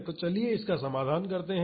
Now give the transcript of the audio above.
तो चलिए इसका समाधान करते हैं